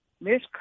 Miss